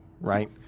Right